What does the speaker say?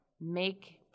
make